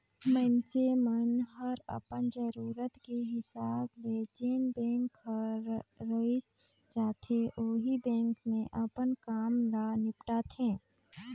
मइनसे मन हर अपन जरूरत के हिसाब ले जेन बेंक हर रइस जाथे ओही बेंक मे अपन काम ल निपटाथें